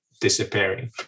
disappearing